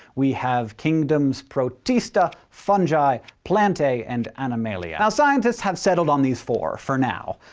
we have kingdoms protista, fungi, plantae and animalia. now, scientists have settled on these four. for now.